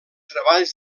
treballs